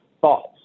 thoughts